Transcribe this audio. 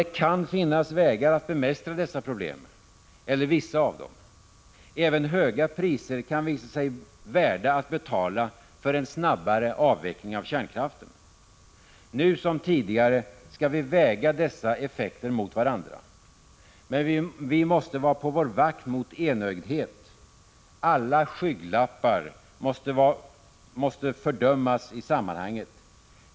Det kan finnas vägar att bemästra dessa problem eller vissa av dem. Även höga priser kan visa sig värda att betala för en snabbare avveckling av kärnkraften. Nu som tidigare skall vi väga dessa effekter mot varandra. Men vi måste vara på vår vakt mot enögdhet. Alla skygglappar måste fördömas i sammanhanget.